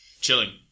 Chilling